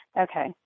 Okay